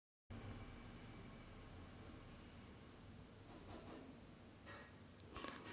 पाण्याच्या स्थितीनुसार चार प्रकारचे जलचर वनस्पती आहेत